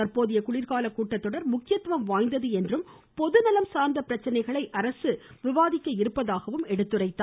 தற்போதைய குளிர்கால கூட்டத்தொடர் முக்கியத்துவம் வாய்ந்தது என்றும் பொதுநலம் சார்ந்த பிரச்சனைகளை அரசு விவாதிக்க இருப்பதாகவும் எடுத்துரைத்தார்